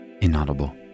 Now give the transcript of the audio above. inaudible